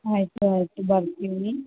ಆಯಿತು ಆಯಿತು ಬರ್ತೀನಿ